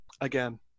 again